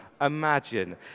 imagine